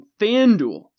FanDuel